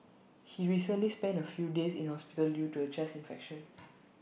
he recently spent A few days in hospital due to A chest infection